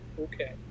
Okay